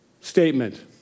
statement